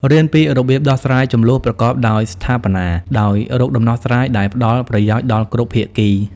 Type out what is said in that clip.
រៀនពីរបៀបដោះស្រាយជម្លោះប្រកបដោយស្ថាបនា ដោយរកដំណោះស្រាយដែលផ្តល់ប្រយោជន៍ដល់គ្រប់ភាគី។